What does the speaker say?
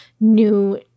new